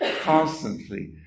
constantly